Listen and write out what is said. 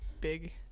big